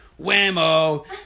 Whammo